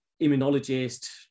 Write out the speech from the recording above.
immunologist